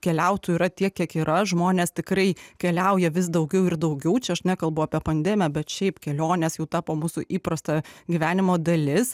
keliautojų yra tiek kiek yra žmonės tikrai keliauja vis daugiau ir daugiau čia aš nekalbu apie pandemiją bet šiaip kelionės jau tapo mūsų įprasta gyvenimo dalis